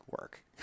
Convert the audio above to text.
work